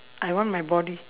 I want my body